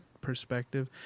perspective